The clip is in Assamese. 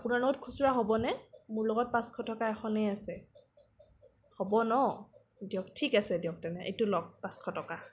আপোনাৰ লগত খুচুৰা হ'ব নে মোৰ লগত পাঁচশ টকা এখনেই আছে হ'ব ন দিয়ক ঠিক আছে দিয়ক তেনে এইটো লওঁক পাঁচশ টকা